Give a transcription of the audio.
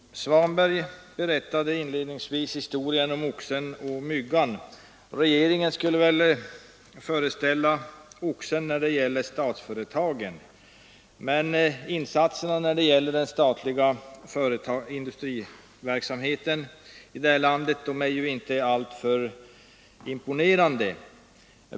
Herr talman! Herr Svanberg berättade inledningsvis historien om oxen och myggan. Regeringen skulle väl föreställa oxen när det gäller de statliga företagen. Men insatserna i fråga om statlig industriverksamhet i detta land är inte alltför imponerande.